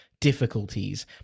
difficulties